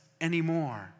anymore